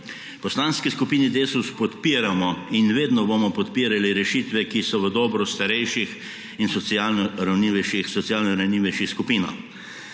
Poslanski skupini Desus podpiramo in vedno bomo podpirali rešitve, ki so v dobro starejših in socialno ranljivejših skupin.